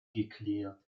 geklärt